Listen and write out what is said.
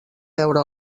veure